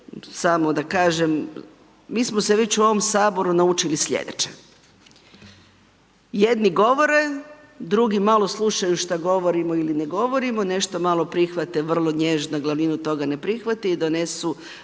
samo da kažem, mi smo se već u ovom Saboru naučili slijedeće: jedni govore, drugi malo slušaju šta govorimo ili ne govorimo, nešto malo prihvate, vrlo nježno glavninu toga ne prihvate i donesu